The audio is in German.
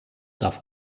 darf